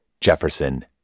Jefferson